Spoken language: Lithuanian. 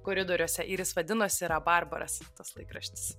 koridoriuose ir jis vadinosi rabarbaras tas laikraštis